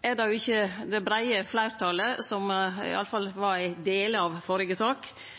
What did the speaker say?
er det jo ikkje det breie fleirtalet som det var i